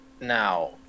now